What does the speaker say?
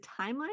timeline